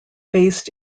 based